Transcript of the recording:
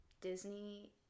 Disney